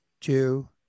two